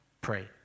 pray